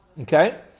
Okay